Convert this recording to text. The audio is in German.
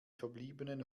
verbliebenen